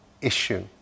issue